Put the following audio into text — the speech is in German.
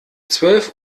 zwölf